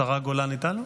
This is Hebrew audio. השרה גולן איתנו?